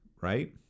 right